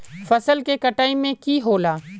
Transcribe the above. फसल के कटाई में की होला?